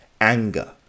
anger